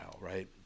right